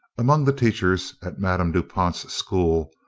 among the teachers at madame du pont's school,